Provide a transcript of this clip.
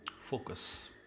focus